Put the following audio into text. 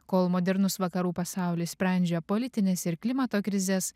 kol modernus vakarų pasaulis sprendžia politines ir klimato krizes